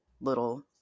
little